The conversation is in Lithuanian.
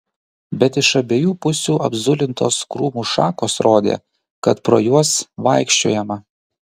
bet iš abiejų pusių apzulintos krūmų šakos rodė kad pro juos vaikščiojama